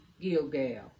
Gilgal